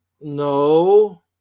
No